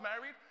married